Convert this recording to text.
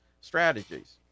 strategies